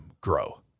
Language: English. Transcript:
grow